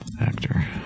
actor